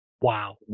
Wow